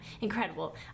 incredible